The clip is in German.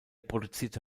produzierte